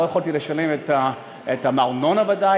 לא יכולתי לשלם את הארנונה ודאי,